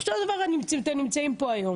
אותו דבר אתם נמצאים פה היום.